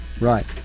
Right